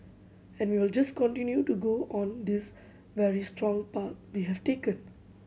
and we'll just continue to go on this very strong path we have taken